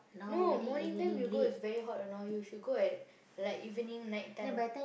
no morning then you go is very hot you know you should go at like evening night time